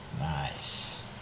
Nice